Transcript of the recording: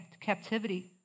captivity